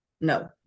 No